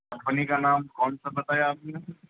company کا نام کون سا بتایا آپ نے